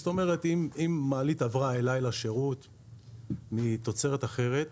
זאת אומרת אם מעלית עברה אליי לשירות מתוצרת אחרת,